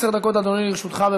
עשר דקות, אדוני, לרשותך.